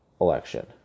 election